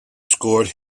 scored